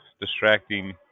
distracting